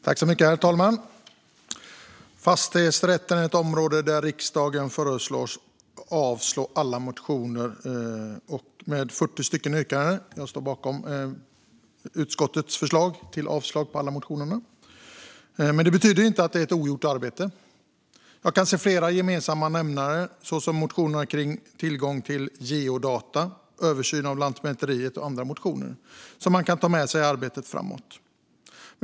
Herr talman! Fastighetsrätt är ett betänkande där utskottet föreslår att riksdagen avslår alla motioner och deras 40 yrkanden. Jag står bakom utskottets förslag om avslag på alla motioner, men det betyder inte att arbetet är ogjort. Jag kan se flera gemensamma nämnare - såsom motionerna om tillgång till geodata, översyn av Lantmäteriet och andra motioner - som man kan ta med sig i arbetet framåt.